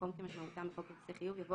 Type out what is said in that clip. במקום "כמשמעותם בחוק כרטיסי חיוב" יבוא